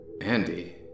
Andy